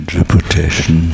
reputation